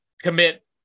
commit